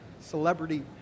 Celebrity